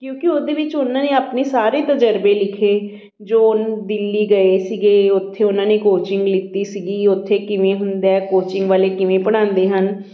ਕਿਉਂਕਿ ਉਹਦੇ ਵਿੱਚ ਉਹਨਾਂ ਨੇ ਆਪਣੇ ਸਾਰੇ ਤਜਰਬੇ ਲਿਖੇ ਜੋ ਦਿੱਲੀ ਗਏ ਸੀਗੇ ਉੱਥੇ ਉਹਨਾਂ ਨੇ ਕੋਚਿੰਗ ਲਿੱਤੀ ਸੀਗੀ ਉੱਥੇ ਕਿਵੇਂ ਹੁੰਦਾ ਕੋਚਿੰਗ ਵਾਲੇ ਕਿਵੇਂ ਪੜ੍ਹਾਉਂਦੇ ਹਨ